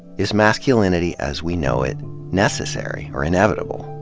is masculinity as we know it necessary or inevitable?